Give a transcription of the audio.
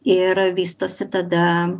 ir vystosi tada